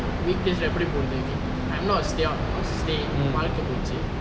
weekdays எப்டி போரது பாரு:epdi porathu paaru I'm not a stay out cause stay in வாழ்க போச்சி:vaalke pochi